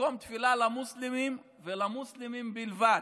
מקום תפילה למוסלמים ולמוסלמים בלבד.